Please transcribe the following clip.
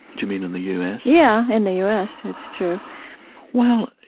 do you mean in the u s? yeah, in the u s, it's true well,